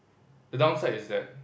the downside is that